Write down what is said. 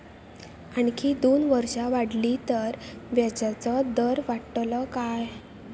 आणखी दोन वर्षा वाढली तर व्याजाचो दर वाढतलो काय?